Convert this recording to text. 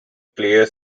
player